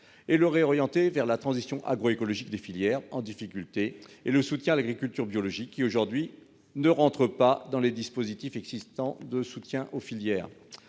et le réorienter vers la transition agroécologique des filières en difficulté et le soutien à l'agriculture biologique qui aujourd'hui ne rentre pas dans les dispositifs existants de soutien aux filières.